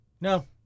No